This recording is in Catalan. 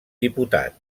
diputat